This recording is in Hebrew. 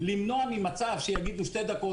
למנוע ממצב שיגידו שתי דקות,